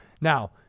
now